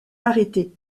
arrêtée